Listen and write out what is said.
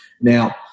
Now